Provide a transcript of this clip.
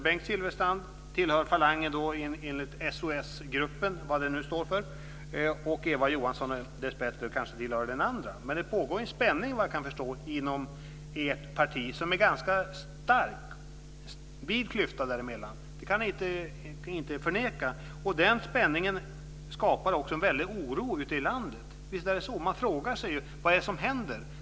Bengt Silfverstrand tillhör SOS-falangen, vad det nu står för, och Eva Johansson tillhör kanske dessbättre den andra. Det finns såvitt jag kan förstå en spänning inom ert parti, och det är en ganska vid klyfta mellan uppfattningarna. Det kan ni inte förneka. Denna spänning skapar också en väldig oro ute i landet. Man frågar sig vad som händer.